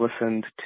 listened